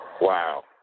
Wow